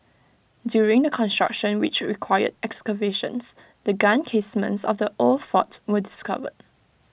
during the construction which required excavations the gun casements of the old fort were discovered